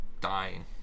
dying